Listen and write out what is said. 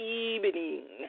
evening